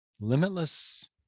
Limitless